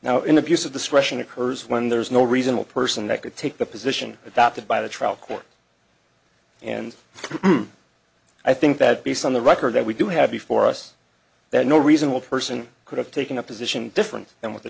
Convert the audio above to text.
now in abuse of discretion occurs when there's no reasonable person that could take the position adopted by the trial court and i think that based on the record that we do have before us that no reasonable person could have taken a position different than what the